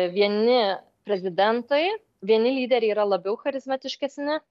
vieni prezidentai vieni lyderiai yra labiau charizmatiškesni